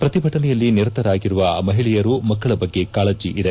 ಪ್ರತಿಭಟನೆಯಲ್ಲಿ ನಿರತರಾಗಿರುವ ಮಹಿಳೆಯರು ಮಕ್ಕಳ ಬಗ್ಗೆ ಕಾಳಜಿ ಇದೆ